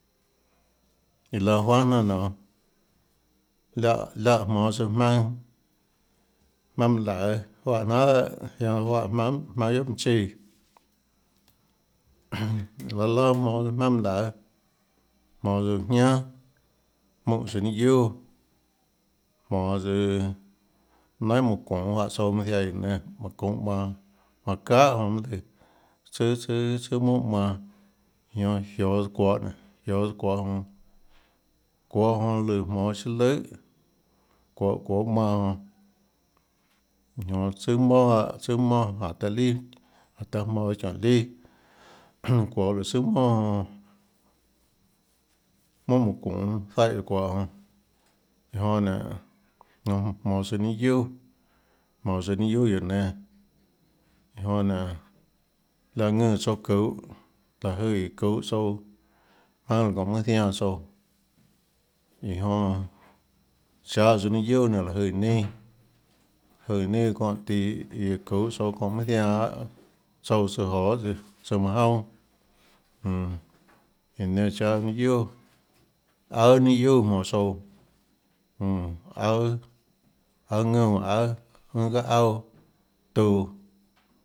Iã laã juanhà jnanà nionê láhã láhã jmonå tsouã jmaønâ jmaønâ mønã laøê juáhã jnanhà dehâ zianã tsøã juáhã jmaønâ jmaønâ guiohà minã chíã laå laã jmonå jmaønâ mønã laøê jmonå tsøã uå jñiáà jmoúnhã tsøã ninâ guiuà jmonå tsøã nainhà mønã çuunê juaáhã tsouã mønã ziaã guióå nénâ manã çuúnå manã manã çahà jonã mønâ lùã tsùà tsùàtsùà monà manã iã jonã jioås tsøã çuohå nénå jioås tsøã çuohå jonã çuohå jonã jmonã lùã siâ løhà çuohå çuohå manã jonã iã jonã tsùà monà juáhã tsùà monà jánhã taã líà jánhã taã jmonås çiónhå líà çuohå tsùà monà jonã monàmønã çuunê ziáhã çuohå jonã iã jonã nénå jmm jmonå tsouã ninâ guiuà jmonå tsouã ninâ guiuà guióå nénâ iã jonã nénå láhã ðùnã tsouã çuhå láhå jøè iã çuhå tsouã jmaønâ çónhã mønâ zianã tsouã iã jonã cháâ tsouã ninâ guiuà nionê láhå jøè neinâ jøè neinâ çóhã tíã iã iã çuhå tsouã çónhã mønâ zianã lahâ tsouã tsøã joê tsøã tsouã manã jounâ jmm iã nenã cháâ ninâ guiuà aùà ninâ guiuà jmonå tsouã jmm aùà aùà ðúnã aùàðúnã guiohà auà tuã.